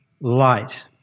light